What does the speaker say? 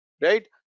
Right